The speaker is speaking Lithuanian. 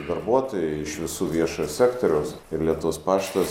darbuotojai iš visų viešojo sektoriaus ir lietuvos paštas